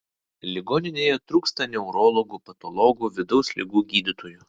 ligoninėje trūksta neurologų patologų vidaus ligų gydytojų